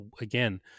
again